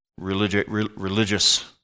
religious